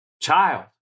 child